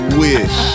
wish